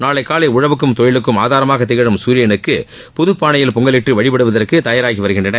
நாளை காலை உழவுக்கும் தொழிலுக்கும் ஆதாரமாகத் திகழும் சூரியனுக்கு புது பானையில் பொங்கலிட்டு வழிபடுவதற்கு தயாராகி வருகின்றனர்